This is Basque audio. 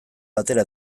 batera